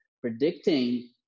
predicting